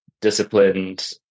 disciplined